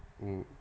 mm